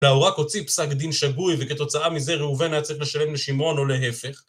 לאו רק הוציא פסק דין שגוי וכתוצאה מזה ראובן היה צריך לשלם לשימעון או להפך.